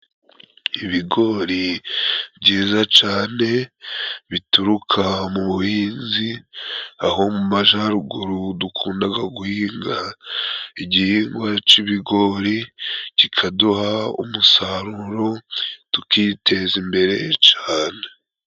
Ibigori byiza cane bituruka mu buhinzi aho mu majaruguru, dukundaga guhinga igihingwa cy'ibigori kikaduha umusaruro, tukiteza imbere cane.